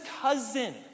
cousin